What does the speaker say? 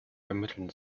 ermitteln